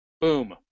boom